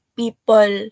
people